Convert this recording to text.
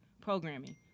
programming